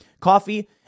coffee